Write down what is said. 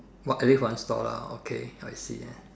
what at least got one stall lor okay I see